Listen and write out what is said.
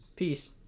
Peace